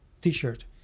t-shirt